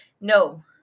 No